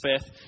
faith